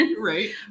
Right